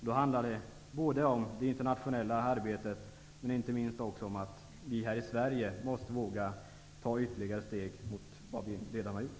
Det handlar både om det internationella arbetet och, inte minst, om att vi här i Sverige måste våga gå längre än vad vi hittills har gjort.